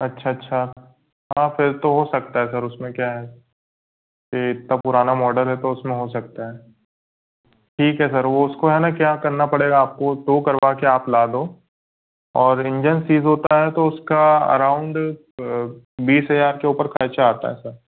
अच्छा अच्छा हाँ फिर तो हो सकता है उसमें क्या है ये इतना पुराना मॉडल है तो उसमें हो सकता है ठीक है सर वो उसको है ना क्या करना पड़ेगा आपको टो करवा के आप ला लो और इंजन सीज होता है तो उसका अराउंड बीस हज़ार के ऊपर ख़र्च आता है सर